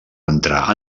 entrar